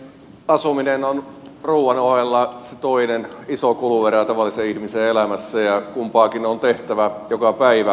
asuminen on ruuan ohella se toinen iso kuluerä tavallisen ihmisen elämässä ja kumpaakin tarvitaan joka päivä